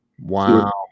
Wow